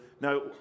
Now